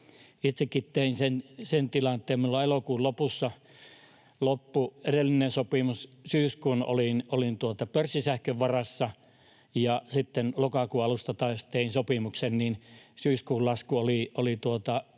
Itsekin näin sen tilanteen. Minulla elokuun lopussa loppui edellinen sopimus, syyskuun olin pörssisähkön varassa, ja kun sitten lokakuun alusta taas tein sopimuksen, niin syyskuun lasku oli liki